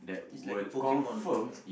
it's like a Pokemon